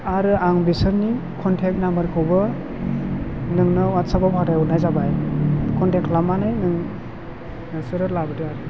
आरो आं बिसोरनि कनथेख नाम्बारखौबो नोंनो वाथ्सआफाव फाथायहरनाय जाबाय कनथेख खालामनानै नों नोंसोरो लाबोदो आरो